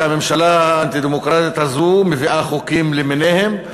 שהממשלה האנטי-דמוקרטית הזאת מביאה חוקים למיניהם,